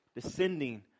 descending